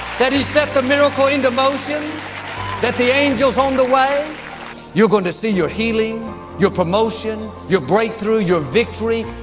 that is set the miracle into motion that the angels on the way you're going to see your healing your promotion your breakthrough your victory.